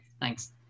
Thanks